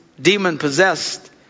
demon-possessed